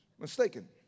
mistaken